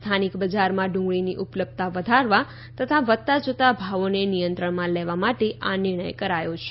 સ્થાનિક બજારમાં ડુંગળીની ઉપલબ્ધતા વધારવા તથા વધતા જતા ભાવોને નિયંત્રણમાં લેવા આ નિર્ણય કરાયો છે